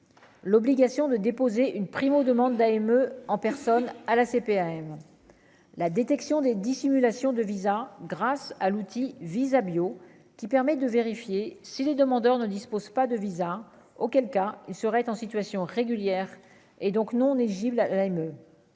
l'obligation de déposer une prime demande d'AME en personne à la CPAM la détection des dissimulations de visas grâce à l'outil visa bio qui permet de vérifier si les demandeurs ne dispose pas de VISA, auquel cas il serait en situation régulière et donc nous, on est Gilles